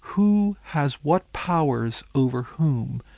who has what powers over whom?